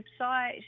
website